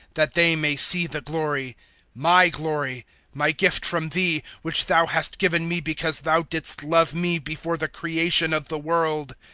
that they may see the glory my glory my gift from thee, which thou hast given me because thou didst love me before the creation of the world.